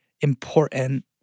important